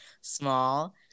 small